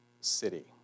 city